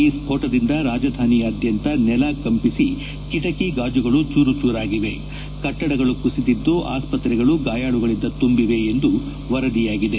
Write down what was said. ಈ ಸ್ಫೋಟದಿಂದ ರಾಜಧಾನಿಯಾದ್ದಂತ ನೆಲ ಕಂಪಿಸಿ ಕೆಟಕಿ ಗಾಜುಗಳು ಚೂರುಚೂರಾಗಿವೆ ಕಟ್ಟಡಗಳು ಕುಸಿದಿದ್ದು ಆಸ್ಪತ್ರಗಳು ಗಾಯಾಳುಗಳಿಂದ ತುಂಬಿವೆ ಎಂದು ವರದಿಯಾಗಿವೆ